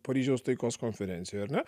paryžiaus taikos konferencijoj ar ne